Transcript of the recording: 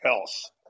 else